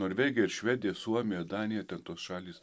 norvegija ir švedija suomija danija ten tos šalys